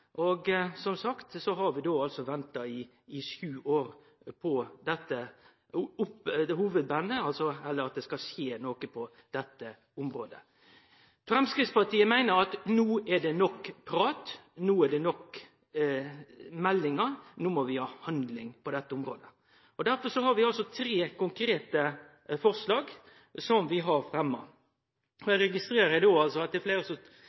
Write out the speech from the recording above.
hovudbandet. Som sagt har vi venta i sju år på dette hovudbandet, eller at det skal skje noko på dette området. Framstegspartiet meiner at no er det nok prat, no er det nok meldingar. No må vi ha handling på dette området. Derfor har vi fremma tre konkrete forslag. Eg registrerer at det er fleire som